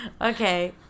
okay